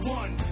one